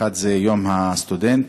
האחד זה יום הסטודנט